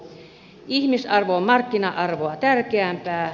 ihmisarvo on markkina arvoa tärkeämpää